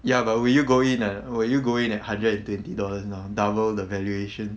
ya but will you go in uh will you go in at hundred and twenty dollars now double the valuation